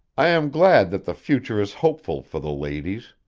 i am glad that the future is hopeful for the ladies.